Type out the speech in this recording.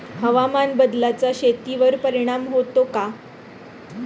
हवामान बदलाचा शेतीवर परिणाम होतो का?